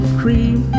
cream